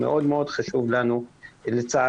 זה מאוד חשוב לנו כי לצערנו,